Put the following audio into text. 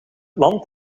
land